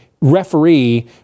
referee